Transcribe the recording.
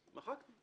מחקנו.